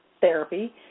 therapy